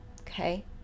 Okay